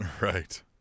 right